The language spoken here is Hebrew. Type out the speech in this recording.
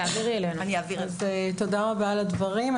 תודה רבה על הדברים.